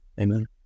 Amen